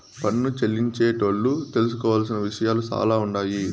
పన్ను చెల్లించేటోళ్లు తెలుసుకోవలసిన విషయాలు సాలా ఉండాయి